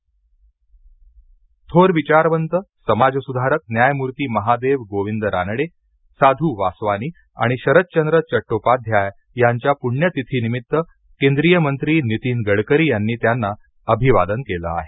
गडकरी अभिवादन थोर विचारवंत समाजसुधारक न्यायमूर्ती महादेव गोविंद रानडे साध्र वासवानी आणि शरतचंद्र चट्टोपाध्याय यांच्या पूण्यतिथीनिमित केंद्रीय मंत्री नितीन गडकरी यांनी त्यांना अभिवादन केलं आहे